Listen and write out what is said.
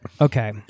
Okay